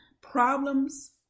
Problems